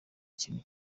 kintu